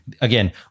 again